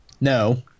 No